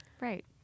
Right